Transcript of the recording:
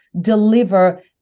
deliver